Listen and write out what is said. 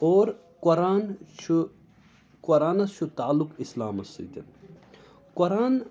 اور قۅران چھُ قۅرانَس چھُ تعلق اِسلامَس سۭتۍ قۅران